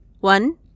One